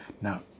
Now